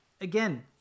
again